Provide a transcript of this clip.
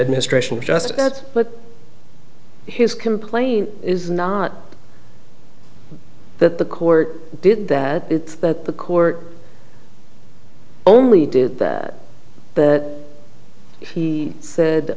administration just that but his complaint is not that the court did that it's that the court only did that that if he said